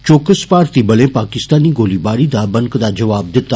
चौकस भारती बलें पाकिस्तानी गोलाबारी दा बनकदा परता दिता